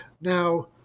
Now